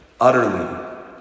Utterly